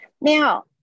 Now